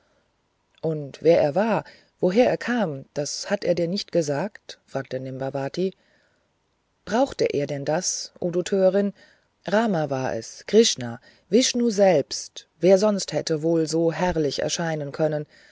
und wer er war woher er kam das hat er dir nicht gesagt fragte nimbavati brauchte er denn das o du törin rama war es krichna vishnu selber wer sonst hätte wohl so herrlich erscheinen können